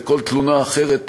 ושל כל תלונה אחרת שתגיע,